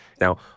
Now